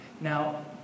Now